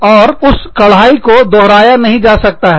और उस कढ़ाई को दोहराया नहीं जा सकता है